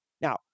Now